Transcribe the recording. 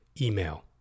email